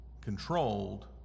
Controlled